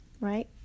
right